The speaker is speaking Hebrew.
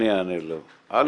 אני אענה לו וגם למירי,